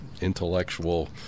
intellectual